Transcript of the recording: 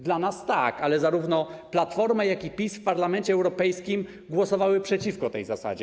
Dla nas tak, ale zarówno Platforma, jak i PiS w Parlamencie Europejskim głosowały przeciwko tej zasadzie.